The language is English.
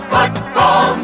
Football